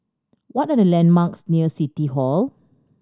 what are the landmarks near City Hall